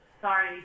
Sorry